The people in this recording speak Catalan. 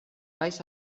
baix